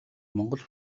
монгол